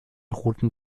roten